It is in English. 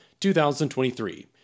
2023